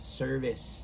service